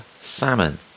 Salmon